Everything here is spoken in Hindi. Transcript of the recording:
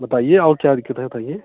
बताइए और क्या दिक्कत है बताइए